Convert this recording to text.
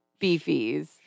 beefies